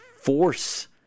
force